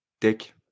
dick